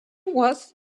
was